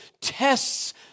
tests